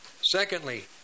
Secondly